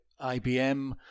IBM